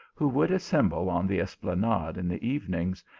who would assemble on the esplanade in the evenings,